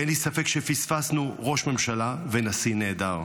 ואין לי ספק שפספסנו ראש ממשלה ונשיא נהדר.